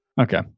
Okay